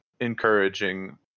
encouraging